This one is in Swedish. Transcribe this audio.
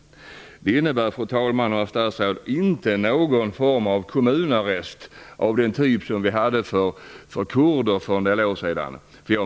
Det innebär, fru talman och herr statsråd, inte någon form av kommunarrest av den typ som vi hade för kurder för en del år sedan.